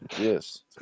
Yes